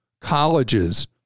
colleges